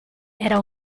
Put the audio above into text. era